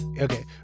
Okay